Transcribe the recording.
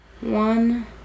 one